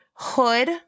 hood